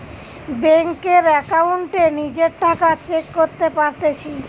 বেংকের একাউন্টে নিজের টাকা চেক করতে পারতেছি